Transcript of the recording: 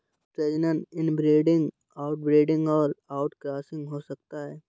प्रजनन inbreeding, outbreeding और outcrossing हो सकता है